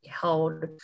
held